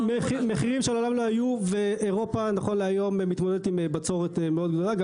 מחירים שמעולם לא היו ואירופה נכון להיום מתמודדת עם בצורת מאוד גדולה.